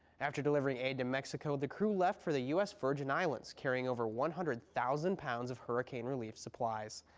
after delivering aid to mexico the crew left for the u s virgin islands carrying over one hundred thousand pounds of hurricane relief supplies.